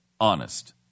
honest